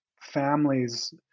families